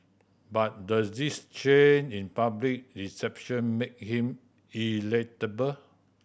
but does this change in public reception make him electable